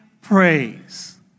praise